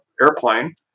airplane